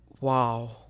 Wow